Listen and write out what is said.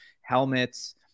helmets